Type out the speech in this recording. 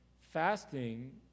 fasting